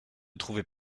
trouvait